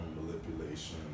manipulation